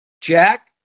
Jack